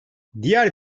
diğer